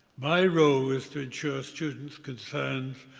my role is to insure students' concerns,